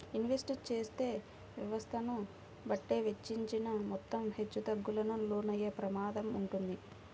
invest చేసే వ్యవస్థను బట్టే వెచ్చించిన మొత్తం హెచ్చుతగ్గులకు లోనయ్యే ప్రమాదం వుంటది